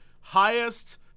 highest